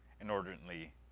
inordinately